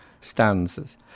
stanzas